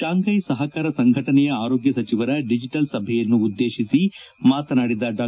Shanghai ಸಹಕಾರ ಸಂಘಟನೆಯ ಆರೋಗ್ಯ ಸಚಿವರ ಡಿಜಿಟಲ್ ಸಭೆಯನ್ನು ಉದ್ದೇಶಿಸಿ ಮಾತನಾದಿದ ಡಾ